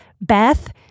Beth